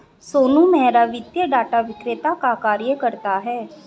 सोनू मेहरा वित्तीय डाटा विक्रेता का कार्य करता है